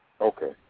Okay